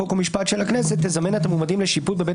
חוק ומשפט של הכנסת תזמן את המועמדים לשיפוט בבית